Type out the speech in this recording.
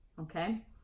okay